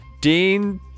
Dean